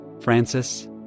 francis